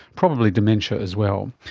probably dementia as well.